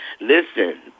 listen